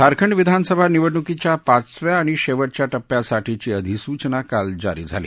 झारखंड विधानसभा निवडणुकीच्या पाचव्या आणि शेवटच्या टप्प्यासाठीची अधिसूचना काल जारी झाली